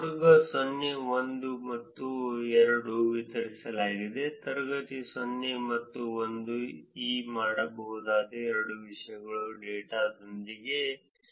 ವರ್ಗಗಳನ್ನು 0 1 ಮತ್ತು 2 ವಿತರಿಸಲಾಗಿದೆ ತರಗತಿಗಳು 0 ಮತ್ತು 1 ಈ ಮಾಡಬಹುದಾದ ಎರಡು ವಿಷಯಗಳು ಡೇಟಾದೊಂದಿಗೆ ಆದ್ದರಿಂದ ಇದನ್ನು 51 ಮಾಡಲಾಗುತ್ತದೆ